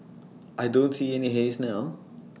I don't see any haze now